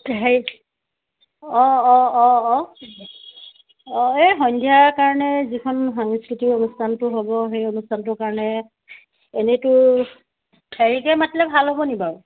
হেৰি অঁ অঁ অঁ অঁ অঁ এই সন্ধ্যা কাৰণে যিখন সাংস্কৃতিক অনুষ্ঠানটো হ'ব সেই অনুষ্ঠানটোৰ কাৰণে এনেতো হেৰিকে মাতিলে ভাল হ'বনি বাৰু